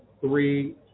three